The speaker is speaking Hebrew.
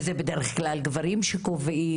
וזה בדרך כלל גברים שקובעים.